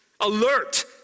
alert